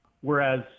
Whereas